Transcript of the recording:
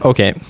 Okay